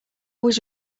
was